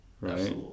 right